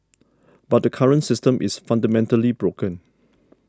but the current system is fundamentally broken